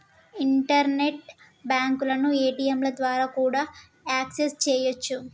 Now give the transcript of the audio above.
internet బ్యాంకులను ఏ.టీ.యంల ద్వారా కూడా యాక్సెస్ చెయ్యొచ్చు